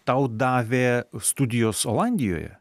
tau davė studijos olandijoje